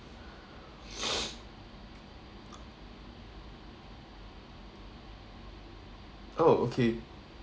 oh okay